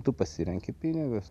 tu pasirenki pinigus